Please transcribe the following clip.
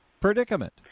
predicament